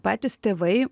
patys tėvai